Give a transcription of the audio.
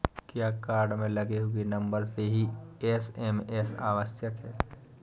क्या कार्ड में लगे हुए नंबर से ही एस.एम.एस आवश्यक है?